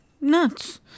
nuts